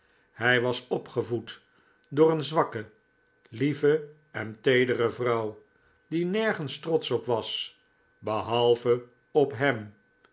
hij was opgevoed door een zwakke lieve en teedere vrouw die nergens trotsch op was behalve op hem